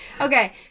Okay